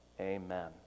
Amen